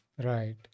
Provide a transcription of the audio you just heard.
Right